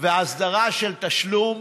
וההסדרה של תשלום